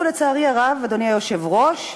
לצערי הרב, אדוני היושב-ראש,